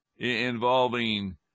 Involving